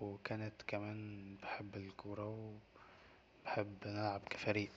وكانت كمان بحب الكورةوبحب نلعب كفريق